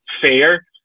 fair